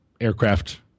aircraft